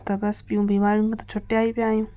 त बसि नाईकी ॿियूं बीमारियूनि खां त छुटिया ई पिया आहियूं